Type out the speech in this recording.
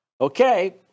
Okay